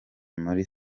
muri